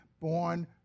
born